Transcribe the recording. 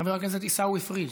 חבר הכנסת עיסאווי פריג',